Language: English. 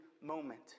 moment